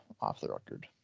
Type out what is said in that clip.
off-the-record